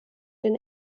den